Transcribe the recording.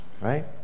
right